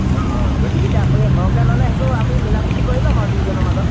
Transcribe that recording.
অঁ অঁ গতিকে এতিয়া আপুনি সৰহকৈ ল'লে সেইটো আমি মিলাপ্ৰীতি কৰি ল'ম আৰু দুইজনৰ মাজত